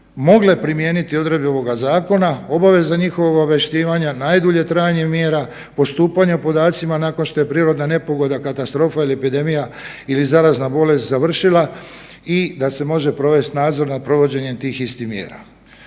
mogle primijeniti odredbe ovoga zakona, obaveznog njihovog obavještavanja, najdulje trajanje mjera, postupanja podacima nakon što je prirodna nepogoda, katastrofa ili epidemija ili zarazna bolest završila i da se može provesti nadzor nad provođenjem tih istih mjera.